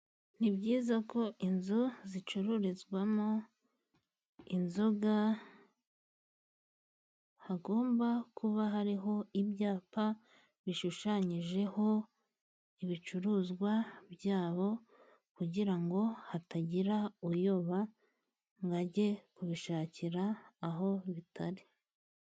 Ni byiza ko inzu zicururizwamo inzoga, hagomba kuba hariho ibyapa bishushanyijeho ibicuruzwa bya bo, kugira ngo hatagira uyoba ngo ajye kubishakira aho bitari.